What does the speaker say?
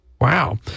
Wow